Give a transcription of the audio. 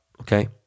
okay